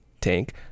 tank